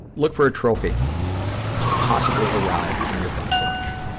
look for a trophy to possibly arrive on your front porch.